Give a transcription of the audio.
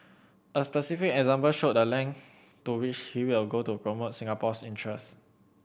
a specific example showed the length to which he will go to promote Singapore's interest